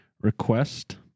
request